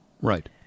Right